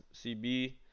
CB